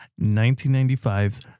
1995's